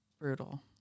brutal